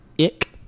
ick